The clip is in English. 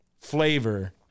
flavor